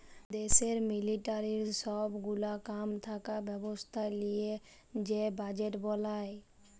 দ্যাশের মিলিটারির সব গুলা কাম থাকা ব্যবস্থা লিয়ে যে বাজেট বলায়